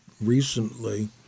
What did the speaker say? recently